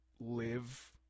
live